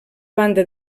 banda